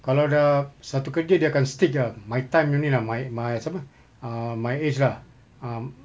kalau dah satu kerja dia akan stick lah my time only lah my my siapa uh my age lah ah